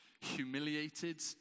humiliated